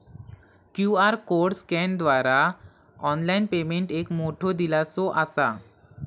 QR code स्कॅनरद्वारा online payment एक मोठो दिलासो असा